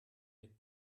mit